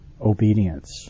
obedience